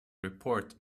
report